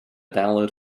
download